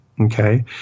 Okay